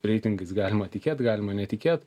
reitingais galima tikėt galima netikėt